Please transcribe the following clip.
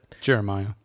Jeremiah